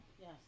Yes